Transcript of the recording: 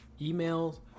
emails